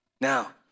Now